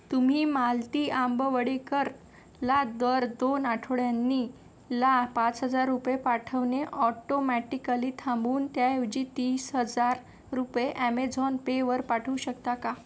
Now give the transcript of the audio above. तुम्ही मालती आंबवडेकर ला दर दोन आठवड्यांनी ला पाच हजार रुपये पाठवणे ऑटोमॅटिकली थांबवून त्याऐवजी तीस हजार रुपये ॲमेझॉन पेवर पाठवू शकता का